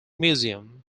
museum